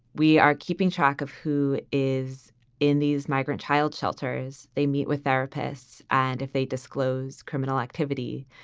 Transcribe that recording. we are keeping track of who is in these migrant child shelters. they meet with therapists. and if they disclose criminal activity,